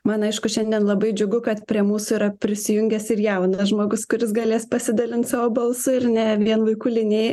man aišku šiandien labai džiugu kad prie mūsų yra prisijungęs ir jaunas žmogus kuris galės pasidalint savo balsą ir ne vien vaikų linijai